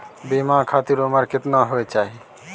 बीमा खातिर उमर केतना होय चाही?